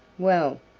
well,